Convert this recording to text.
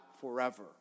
forever